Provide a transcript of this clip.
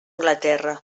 anglaterra